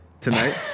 tonight